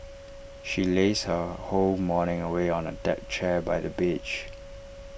she lazed her whole morning away on A deck chair by the beach